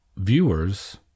viewers